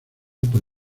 por